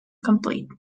complete